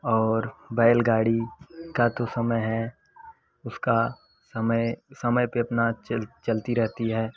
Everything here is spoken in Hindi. और बैलगाड़ी का तो समय है उसका समय समय पर अपना चल चलती रहती है